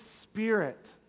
spirit